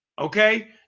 Okay